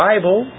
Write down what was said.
Bible